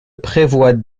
prévoit